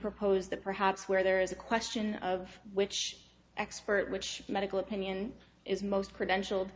proposed that perhaps where there is a question of which expert which medical opinion is most credentialed